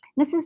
Mrs